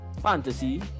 Fantasy